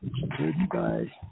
Goodbye